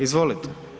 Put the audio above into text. Izvolite.